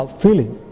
feeling